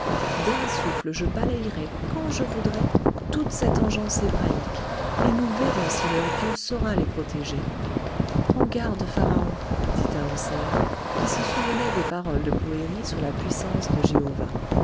d'un souffle je balayerai quand je voudrai toute cette engeance hébraïque et nous verrons si leur dieu saura les protéger prends garde pharaon dit tahoser qui se souvenait des paroles de poëri sur la puissance de jéhovah